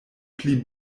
pli